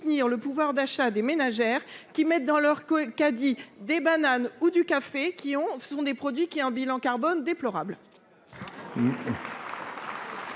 le pouvoir d'achat des ménagères qui mettent dans leur coin caddie des bananes ou du café qui ont ce sont des produits qui, un bilan carbone déplorable.